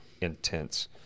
intense